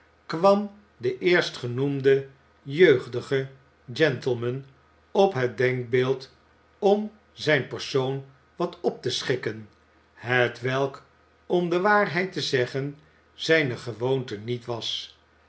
kwam de eerstgenoemde jeugdige gentleman op het denkbeeld om zijn persoon wat op te schikken hetwelk om de waarheid te zeggen zijne gewoonte niet was